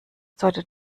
deutet